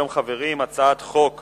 חברים: הצעת חוק